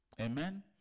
Amen